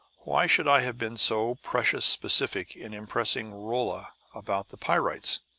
why should i have been so precious specific in impressing rolla about the pyrites?